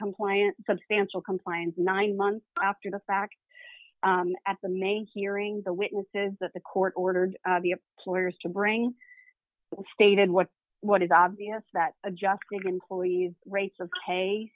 compliant substantial compliance nine months after the fact at the main hearing the witnesses that the court ordered be a ploy is to bring well stated what what is obvious that adjusting employees rates of